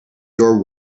your